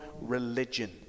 religion